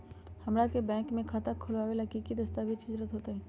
हमरा के बैंक में खाता खोलबाबे ला की की दस्तावेज के जरूरत होतई?